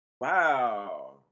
Wow